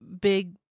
big